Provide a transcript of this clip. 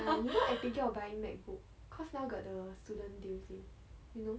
ya you know I thinking of buying macbook cause now got the student deal thing you know